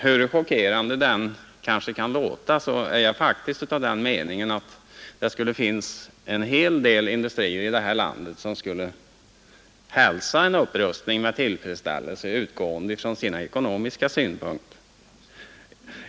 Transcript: Hur chockerande det än kanske kan låta, tror jag faktiskt att det finns en hel del industrier i det här landet som skulle hälsa en upprustning med tillfredsställelse, utgående från sina ekonomiska synpunkter.